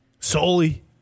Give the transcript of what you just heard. Solely